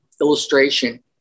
illustration